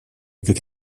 как